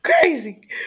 crazy